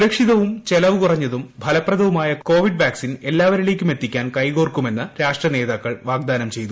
സുരക്ഷിതവും ചെലവു കുറഞ്ഞതും ഫലപ്രദവുമായ കോവിഡ് വാക്സിൻ എല്ലാവരിലേക്കും എത്തിക്കാൻ കൈകോർക്കുമെന്ന് രാഷ്ട്രനേതാക്കൾ വാഗ്ദാനം ചെയ്തു